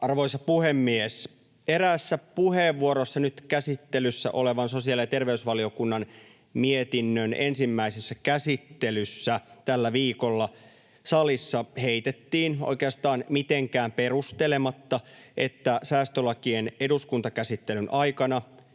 Arvoisa puhemies! Eräässä puheenvuorossa nyt käsittelyssä olevan sosiaali- ja terveysvaliokunnan mietinnön ensimmäisessä käsittelyssä tällä viikolla salissa heitettiin — oikeastaan mitenkään perustelematta — että säästölakien eduskuntakäsittelyn aikana